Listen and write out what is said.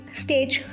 stage